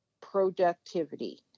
productivity